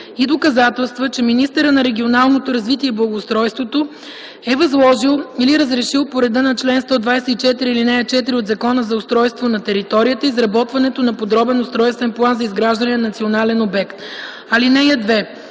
и доказателства, че министърът на регионалното развитие и благоустройството, е възложил или разрешил по реда на чл. 124, ал. 4 от Закона за устройство на територията изработването на подробен устройствен план за изграждане на национален обект. (2) В